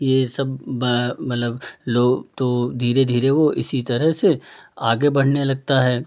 ये सब मतलब लो तो धीरे धीरे वो इसी तरह से आगे बढ़ने लगता है